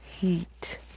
heat